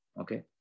Okay